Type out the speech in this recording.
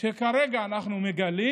שכרגע אנחנו מגלים